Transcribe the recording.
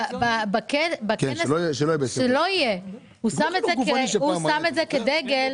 הוא שם את זה כדגל.